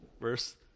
verse